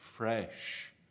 fresh